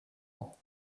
ans